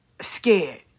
scared